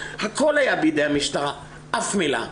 הכול היה בידי המשטרה אף מילה.